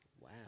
Wow